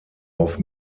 auf